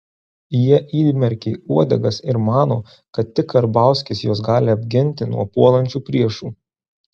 jie įmerkė uodegas ir mano kad tik karbauskis juos gali apginti nuo puolančių priešų